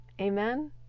Amen